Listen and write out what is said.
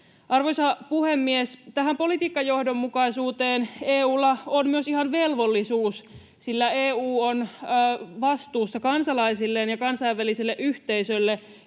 Arvoisa puhemies! Tähän politiikkajohdonmukaisuuteen EU:lla on myös ihan velvollisuus, sillä EU on vastuussa kansalaisilleen ja kansainväliselle yhteisölle